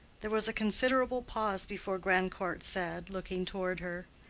there was a considerable pause before grandcourt said, looking toward her,